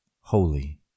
holy